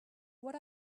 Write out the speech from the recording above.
what